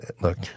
look